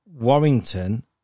Warrington